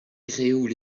gréoux